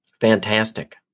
Fantastic